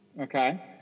Okay